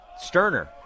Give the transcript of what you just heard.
Sterner